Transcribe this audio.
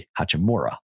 Hachimura